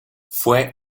fue